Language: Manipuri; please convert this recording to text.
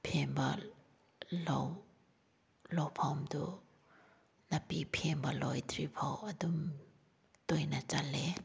ꯄꯦꯡꯕ ꯂꯧ ꯂꯧꯐꯝꯗꯨ ꯅꯥꯄꯤ ꯄꯦꯡꯕ ꯂꯣꯏꯗ꯭ꯔꯤꯐꯥꯎ ꯑꯗꯨꯝ ꯇꯣꯏꯅ ꯆꯠꯂꯦ